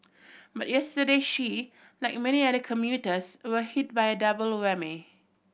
but yesterday she like many other commuters were hit by a double whammy